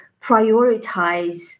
prioritize